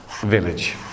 village